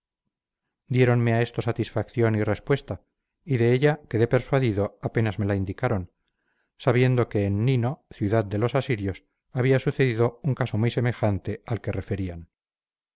hoya diéronme a esto satisfacción y respuesta y de ella quedé persuadido apenas me la indicaron sabiendo que en nino ciudad de los asirios había sucedido un caso muy semejante al que referían